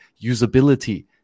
usability